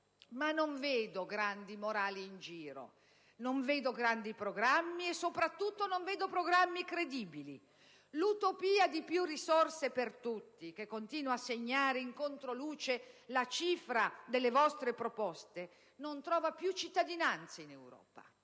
Ma non vedo grandi morali in giro, non vedo grandi programmi e, soprattutto, non vedo programmi credibili. L'utopia di "più risorse per tutti" che continua a segnare in controluce la cifra delle vostre proposte, non trova più cittadinanza in Europa.